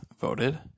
voted